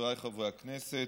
חבריי חברי הכנסת,